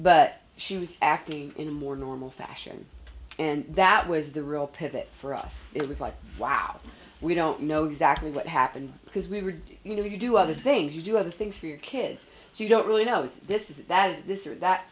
but she was acting in a more normal fashion and that was the real pivot for us it was like wow we don't know exactly what happened because we were going to do other things you do other things for your kids so you don't really know if this is that this or that